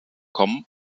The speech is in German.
kommen